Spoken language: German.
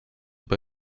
bei